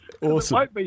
awesome